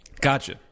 Gotcha